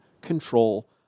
control